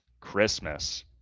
christmas